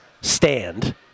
stand